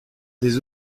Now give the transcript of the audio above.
des